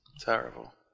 Terrible